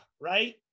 right